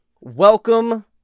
welcome